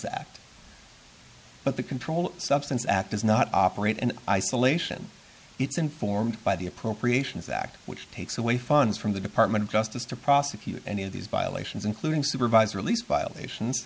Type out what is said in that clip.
act but the controlled substance at does not operate in isolation it's informed by the appropriations act which takes away funds from the department of justice to prosecute any of these violations including supervised release violations